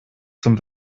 zum